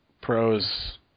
pros